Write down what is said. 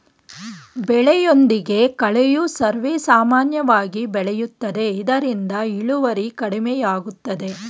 ಬೆಳೆಯೊಂದಿಗೆ ಕಳೆಯು ಸರ್ವೇಸಾಮಾನ್ಯವಾಗಿ ಬೆಳೆಯುತ್ತದೆ ಇದರಿಂದ ಇಳುವರಿ ಕಡಿಮೆಯಾಗುತ್ತದೆ